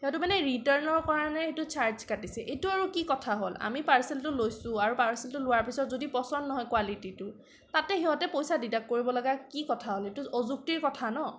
সিহঁতে মানে ৰিটাৰ্ণো কৰা নাই সেইটো চাৰ্জ কাটিছে এইটো আৰু কি কথা হ'ল আমি পাৰ্চেলটো লৈছোঁ আৰু পাৰ্চেলটো লোৱাৰ পিছত যদি পচন্দ নহয় কোৱালিটিটো তাতে সিহঁতে পইচা ডিডাক্ট কৰিবলগা কি কথা হ'ল এইটো অযুক্তিৰ কথা ন